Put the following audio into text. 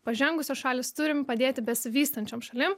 pažengusios šalys turim padėti besivystančiom šalim